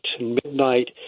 Midnight